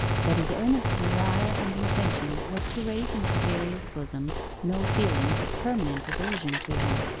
that his earnest desire and intention was to raise in cytherea's bosom no feelings of permanent aversion to him.